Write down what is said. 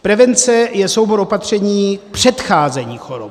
Prevence je soubor opatření předcházení chorob.